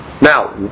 now